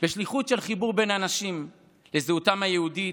בשליחות של חיבור בין אנשים לזהותם היהודית,